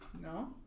no